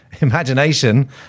imagination